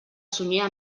sunyer